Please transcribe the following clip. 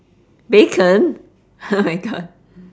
bacon oh my god